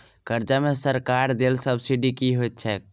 कर्जा मे सरकारक देल सब्सिडी की होइत छैक?